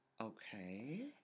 Okay